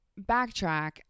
backtrack